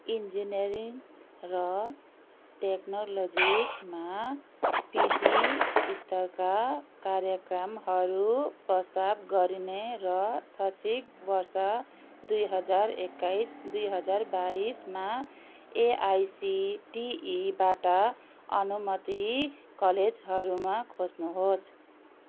engineering र टेक्नोलोजीमा PG स्तरका कार्यक्रमहरू प्रस्ताव गर्ने र शैक्षिक वर्ष दुई हजार एक्काइस दुई हजार बाइसमा एआइसिटिईबाट अनुमोदित कलेजहरूमा खोज्नुहोस्